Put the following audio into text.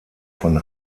von